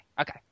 okay